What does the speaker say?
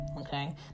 Okay